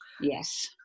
Yes